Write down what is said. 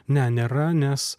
ne nėra nes